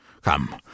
Come